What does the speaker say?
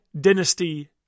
dynasty